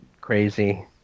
crazy